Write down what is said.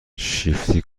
شیفتی